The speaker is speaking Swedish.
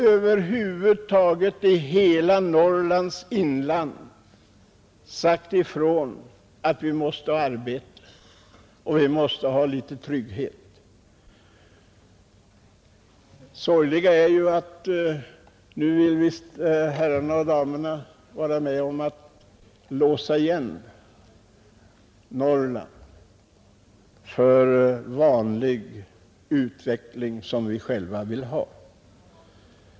Över huvud taget i hela Norrlands inland har man sagt ifrån: Vi måste ha arbete, vi måste ha litet trygghet! Det sorgliga är ju att nu vill visst herrarna och damerna vara med om att låsa igen Norrland för sådan vanlig utveckling som vi själva önskar.